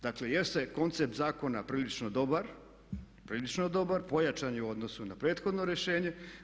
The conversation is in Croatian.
Dakle, jeste koncept zakona prilično dobar, pojačan je u odnosu na prethodno rješenje.